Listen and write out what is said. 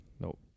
Nope